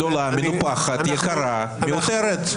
גדולה, מטופחת, יקרה, מיותרת.